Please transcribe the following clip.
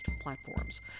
platforms